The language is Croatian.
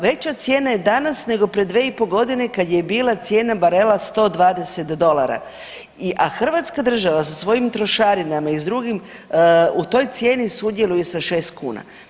Veća cijena j e danas nego pred dvije i pol godine kada je bila cijena barela 120 dolara, a Hrvatska država sa svojim trošarinama i s drugim u toj cijeni sudjeluje sa 6 kuna.